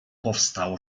powstał